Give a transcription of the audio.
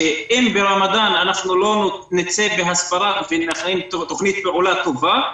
שאם ברמדאן אנחנו לא נצא בהסברה ונכין תוכנית פעולה טובה,